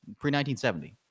pre-1970